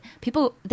people